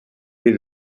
est